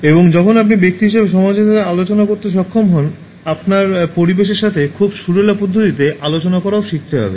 এবং যখন আপনি ব্যক্তি হিসাবে সমাজের সাথে আলোচনা করতে সক্ষম হন আপনার পরিবেশের সাথে খুব সুরেলা পদ্ধতিতে আলোচনা করাও শিখতে হবে